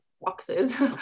boxes